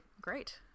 Great